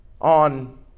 on